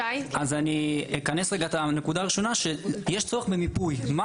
אני אסכם את הנקודה הראשונה: יש צורך במיפוי מה